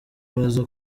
baza